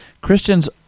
Christians